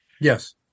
Yes